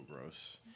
gross